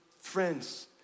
friends